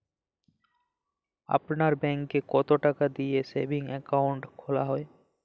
আপনার ব্যাংকে কতো টাকা দিয়ে সেভিংস অ্যাকাউন্ট খোলা হয়?